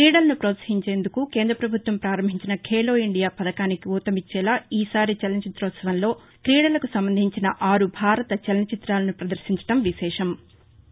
క్రీడలను ప్రోత్సహించేందుకు కేంద్ర ప్రభుత్వం ప్రారంభించిన కేలో ఇండియా పథకానికి ఊతమిచ్చేలా ఈసారి చలన చిత్రోత్సవంలో క్రీడలకు సంబంధించిన ఆరు భారత చలన చితాలను పదర్భించడం విశేషం